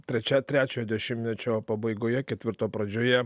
trečia trečiojo dešimtmečio pabaigoje ketvirto pradžioje